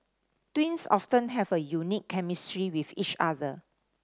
twins often have a unique chemistry with each other